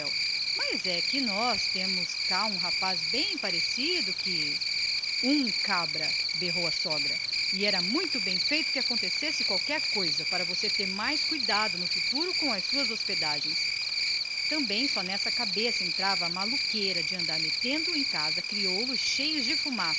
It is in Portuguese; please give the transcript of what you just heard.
mas é que temos cá um rapaz bem aparecido que um cabra berrou a sogra e era muito bem feito que acontecesse qualquer coisa para você ter mais cuidado no futuro com as suas hospedagens também só nessa cabeça entrava a maluqueira de andar metendo em casa crioulos cheios de fumaças